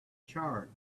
charge